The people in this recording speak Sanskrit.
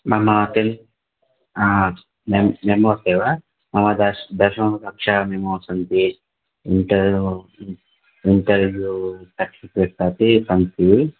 मम टेन् मेमोस् एव मम दश् दशमकक्षा मेमो सन्ति इण्ट इण्ट्र्व्यु सर्टिफ़िकेट्स् अपि सन्ति